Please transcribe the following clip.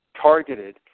targeted